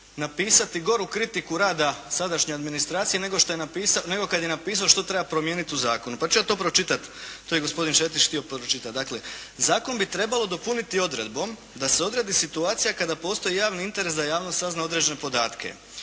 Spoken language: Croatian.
napisati goru kritiku rada sadašnje administracije nego što je napisao, nego kada je napisao što treba promijeniti u zakonu pa ću ja to pročitati šta je gospodin Šetić htio pročitati. Dakle zakon bi trebalo dopuniti odredbom da se odredi situacija kada postoji javni interes da javnost sazna određene podatke.